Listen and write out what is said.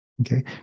Okay